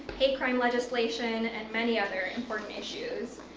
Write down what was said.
hate crime legislation, and many other important issues.